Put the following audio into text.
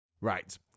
Right